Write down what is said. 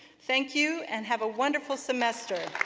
thank you, and have a wonderful semester.